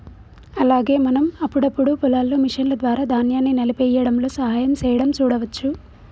అలాగే మనం అప్పుడప్పుడు పొలాల్లో మిషన్ల ద్వారా ధాన్యాన్ని నలిపేయ్యడంలో సహాయం సేయడం సూడవచ్చు